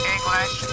English